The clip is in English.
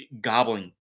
gobbling